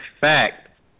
fact